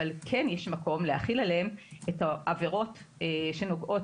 אבל כן יש מקום להחיל עליהם את העבירות שנוגעות